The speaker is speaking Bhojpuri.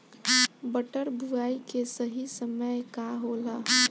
मटर बुआई के सही समय का होला?